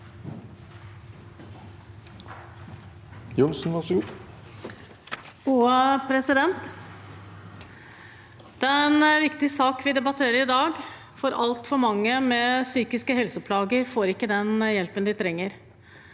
Det er en viktig sak vi debatterer i dag, for altfor mange med psykiske helseplager får ikke den hjelpen de trenger.